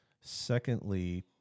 Secondly